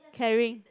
caring